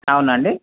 అవునాండి